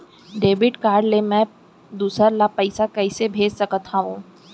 Debit card ले मैं दूसर ला पइसा कइसे भेज सकत हओं?